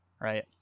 Right